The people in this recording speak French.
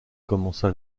commença